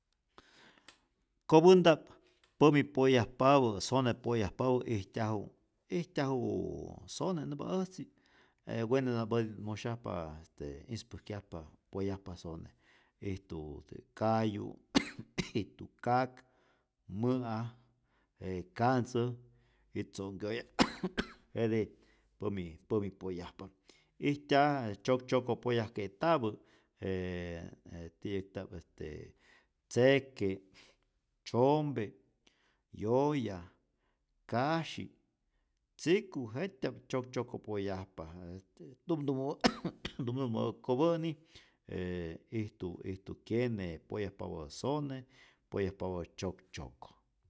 Kopänta'p pämi poyajpapä, sone poyajpapä ijtyaju ijtyajuuu sone nämpa äjtzi' e weneta'mpätit musyajpa este ispäjkyajpa poyajpa sone, ijtu je kayu, ijtu kak, mä'a, e kantzä', y tzo'nhkyoya jete pämi pämi poyajpa, ijtyaj tzyoktzyoko poyajke'tapä je jee ti'yäkta'p este tzeke', tzompe', yoya, kasyi, tziku, jet'tya'p tzyoktzyoko poyajpa, je este tumtumä tumtumäpä kopä'nij e ijtu ijtu kyene, poyajpapä sone, poyajpapä tzyoktzyoko.